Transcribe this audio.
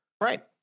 Right